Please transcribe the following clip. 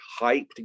hyped